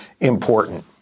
important